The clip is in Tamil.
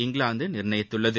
இங்கிலாந்து நிர்ணயித்துள்ளது